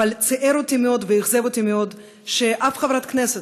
אבל ציער אותי ואכזב אותי מאוד ששום חברת כנסת,